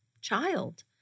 child